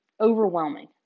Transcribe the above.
overwhelming